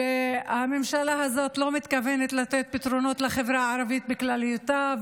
שהממשלה הזאת לא מתכוונת לתת פתרונות לחברה הערבית בכללותה,